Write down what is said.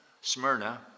Smyrna